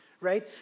right